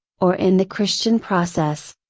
or in the christian process,